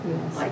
Yes